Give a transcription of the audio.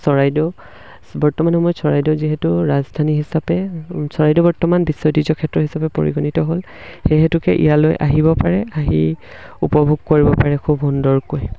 চৰাইদেউ বৰ্তমান সময়ত চৰাইদেউ যিহেতু ৰাজধানী হিচাপে চৰাইদেউ বৰ্তমান বিশ্ব ঐতিহ্য ক্ষেত্ৰ হিচাপে পৰিগণিত হ'ল সেই হেতুকে ইয়ালৈ আহিব পাৰে আহি উপভোগ কৰিব পাৰে খুব সুন্দৰকৈ